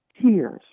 Tears